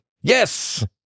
Yes